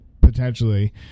potentially